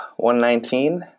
119